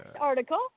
article